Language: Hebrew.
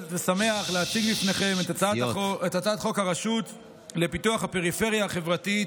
הצעת חוק הרשות לפיתוח הפריפריה החברתית,